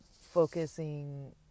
focusing